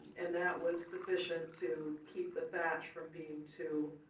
and that was sufficient to keep the thatch from being too